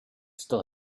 still